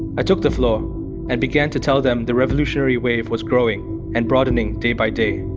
i took the floor and began to tell them the revolutionary wave was growing and broadening day by day,